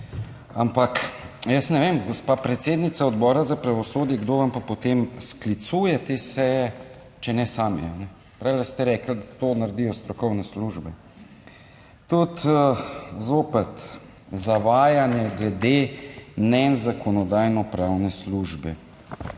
ampak jaz ne vem, gospa predsednica Odbora za pravosodje, kdo vam pa potem sklicuje te seje, če ne sami. Prej ste rekli, da to naredijo strokovne službe. Tudi zopet zavajanje glede mnenj Zakonodajno-pravne službe.